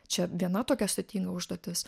čia viena tokia sudėtinga užduotis